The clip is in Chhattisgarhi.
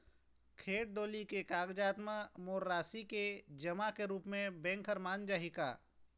खेत डोली के कागजात म मोर राशि के जमा के रूप म बैंक हर मान जाही का?